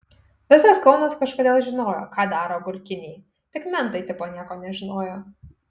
visas kaunas kažkodėl žinojo ką daro agurkiniai tik mentai tipo nieko nežinojo